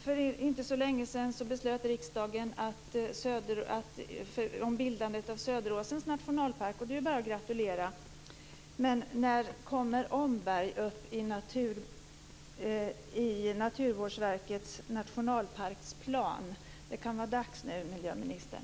För inte så länge sedan beslutade riksdagen om bildandet av Söderåsens nationalpark, och det är bara att gratulera. Men när kommer Omberg med i Naturvårdsverkets nationalparksplan? Det kan vara dags nu, miljöministern.